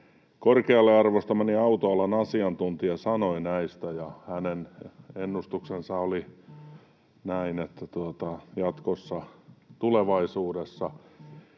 korkealle arvostamani autoalan asiantuntija sanoi näistä. Hänen ennustuksensa oli näin, että tulevaisuudessa